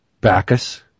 Bacchus